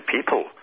people